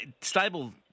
Stable